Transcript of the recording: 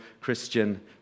Christian